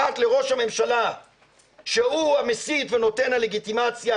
אחת לראש הממשלה שהוא המסית ונותן הלגיטימציה